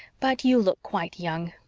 but you look quite young.